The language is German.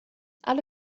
alle